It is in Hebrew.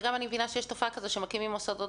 גם אני מבינה שיש תופעה כזו שמקימים מוסדות